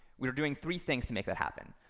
we are doing three things to make that happen.